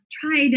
tried